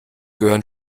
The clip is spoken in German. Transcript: gehören